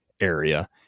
area